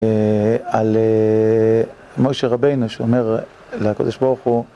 על משה רבינו, שאומר לקדוש ברוך הוא